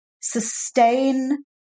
sustain